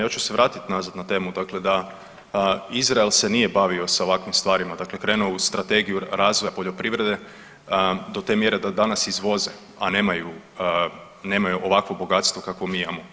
Ja u se vratiti nazad na temu dakle da Izrael se nije bavio sa ovakvim stvarima, dakle krenuo je u strategiju razvoja poljoprivrede do te mjere da danas izvoze, a nemaju ovakvo bogatstvo kakvo mi imamo.